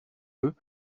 eux